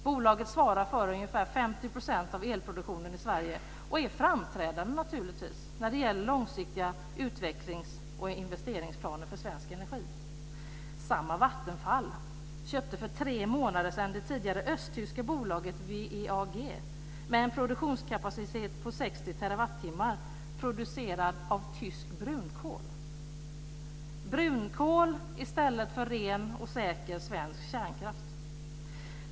Bolaget svarar för ungefär 50 % av elproduktionen i Sverige och är naturligtvis framträdande när det gäller långsiktiga utvecklings och investeringsplaner för svensk energi. Samma Vattenfall köpte för tre månader sedan det tidigare östtyska bolaget VEAG med en produktionskapacitet på 60 terawattimmar producerad av tysk brunkol - brunkol i stället för ren och säker svensk kärnkraft.